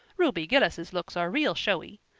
ruby gillis's looks are real showy.